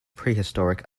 prehistoric